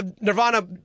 Nirvana